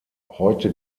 heute